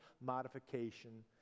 modification